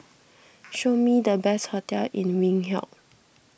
show me the best hotels in Windhoek